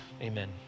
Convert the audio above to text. Amen